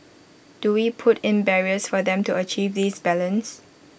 do we put in barriers for them to achieve this balance